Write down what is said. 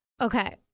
Okay